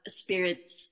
spirits